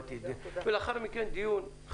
ולאחר מכן דיון.